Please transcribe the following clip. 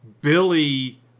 Billy